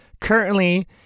currently